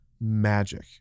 magic